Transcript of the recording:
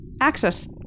access